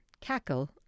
cackle